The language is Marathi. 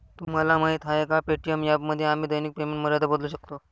तुम्हाला माहीत आहे का पे.टी.एम ॲपमध्ये आम्ही दैनिक पेमेंट मर्यादा बदलू शकतो?